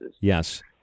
yes